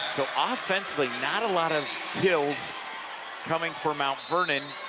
so ah offensively not a lot of kills coming from mount vernon,